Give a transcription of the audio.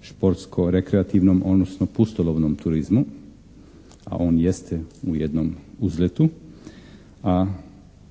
športsko rekreativnom, odnosno pustolovnom turizmu, a on jeste u jednom uzletu.